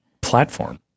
platform